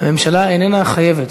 הממשלה איננה חייבת.